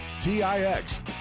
T-I-X